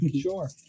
Sure